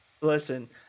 Listen